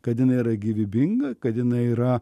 kad jinai yra gyvybinga kad jinai yra